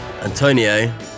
Antonio